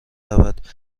رود